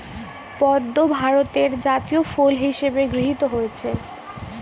পদ্ম ভারতের জাতীয় ফুল হিসেবে গৃহীত হয়েছে